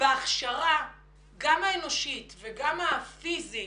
בהכשרה גם האנושית וגם הפיזית